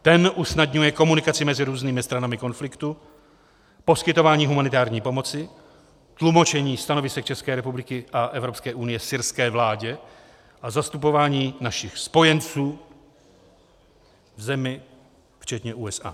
Ten usnadňuje komunikaci mezi různými stranami konfliktu, poskytování humanitární pomoci, tlumočení stanovisek České republiky a Evropské unie syrské vládě a zastupování našich spojenců v zemi, včetně USA.